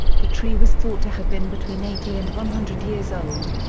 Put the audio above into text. the tree was thought to have been between eighty and one hundred years old.